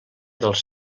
dels